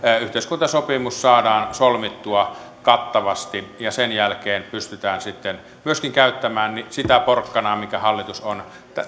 yhteiskuntasopimus saadaan solmittua kattavasti ja sen jälkeen pystymme sitten myöskin käyttämään sitä porkkanaa minkä hallitus on